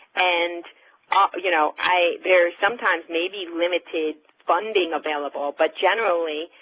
and you know, i there sometimes may be limited funding available, but generally,